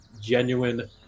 genuine